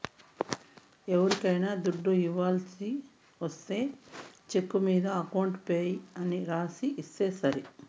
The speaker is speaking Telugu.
ఎవరికైనా దుడ్డు ఇవ్వాల్సి ఒస్తే చెక్కు మీద అకౌంట్ పేయీ అని రాసిస్తే సరి